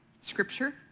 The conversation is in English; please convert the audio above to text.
Scripture